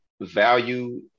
value